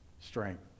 strength